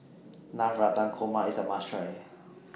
Navratan Korma IS A must Try